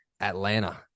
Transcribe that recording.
Atlanta